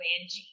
Angie